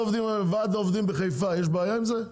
ועד העובדים בחיפה, יש בעיה עם זה?